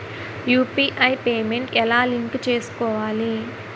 UPI payment ఎలా link చేసుకోవాలి?